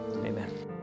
Amen